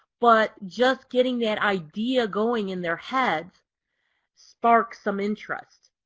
but just getting that idea going in their heads sparks some interest.